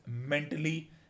mentally